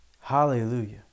Hallelujah